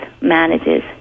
manages